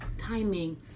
timing